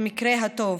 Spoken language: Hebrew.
במקרה הטוב,